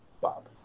Bob